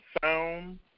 sound